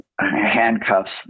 handcuffs